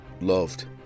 loved